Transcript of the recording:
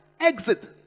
exit